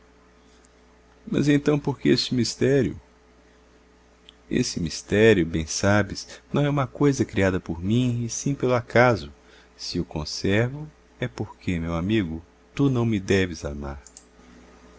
mas então por que esse mistério esse mistério bem sabes não é uma coisa criada por mim e sim pelo acaso se o conservo é porque meu amigo tu não me deves amar